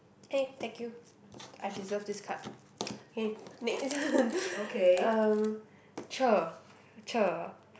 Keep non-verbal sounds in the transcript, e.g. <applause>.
K thank you I deserve this card <noise> K next <laughs> um cher cher